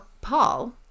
Paul